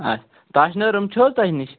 آچھ تَش نٲر یِم چھِو حظ تۅہہِ نِش